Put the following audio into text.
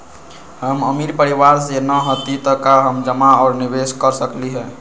हम अमीर परिवार से न हती त का हम जमा और निवेस कर सकली ह?